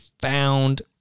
found